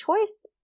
choice